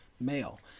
male